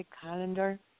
calendar